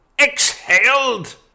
exhaled